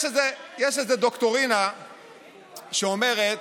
יש איזו דוקטרינה שאומרת